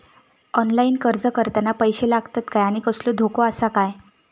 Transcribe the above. Online अर्ज करताना पैशे लागतत काय आनी कसलो धोको आसा काय?